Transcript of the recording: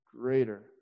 greater